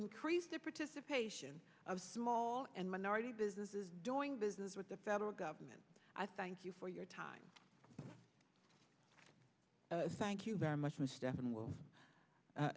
increase the participation of small and minority businesses doing business with the federal government i thank you for your time thank you very much